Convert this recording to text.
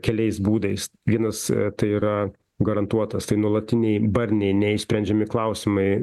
keliais būdais vienas tai yra garantuotas tai nuolatiniai barniai neišsprendžiami klausimai